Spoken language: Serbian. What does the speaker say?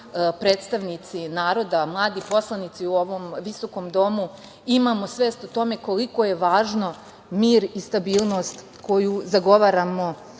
predstavnici naroda, mladi poslanici u ovom visokom domu imamo svest o tome koliko je važno mir i stabilnost koju zagovaramo